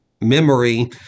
memory